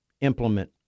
implement